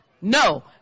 no